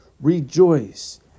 rejoice